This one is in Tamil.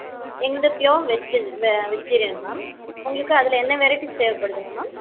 ஆ எங்கள்து ப்யூர் வெஜ்டே வெஜிடேரியன் மேம் உங்களுக்கு அதில் என்ன வெரைடீஸ் தேவைப்படுதுங்க மேம்